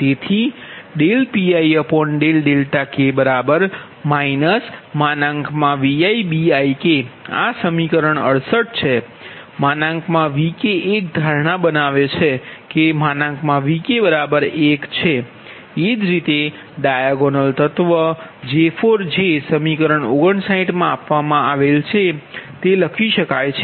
એ જ રીતે ડાયાગોનલ તત્વ J4 જે સમીકરણ 59 માં આપવામાં આવેલ છે તે લખી શકાય છે